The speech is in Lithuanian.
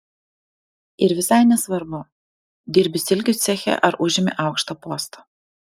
ir visai nesvarbu dirbi silkių ceche ar užimi aukštą postą